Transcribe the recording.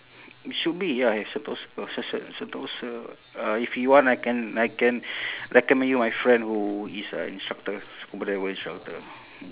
should be ya I suppose got such a sentosa uh if you want I can I can recommend you my friend who is a instructor scuba diver instructor